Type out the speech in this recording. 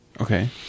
okay